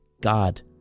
God